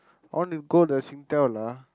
I wanna go the Singtel lah